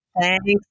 Thanks